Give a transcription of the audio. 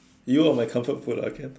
you are my comfort food lah can